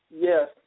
Yes